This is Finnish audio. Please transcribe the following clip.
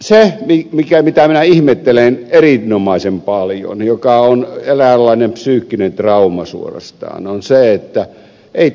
se mitä minä ihmettelen erinomaisen paljon mikä on eräänlainen psyykkinen trauma suorastaan on se että